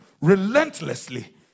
relentlessly